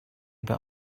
but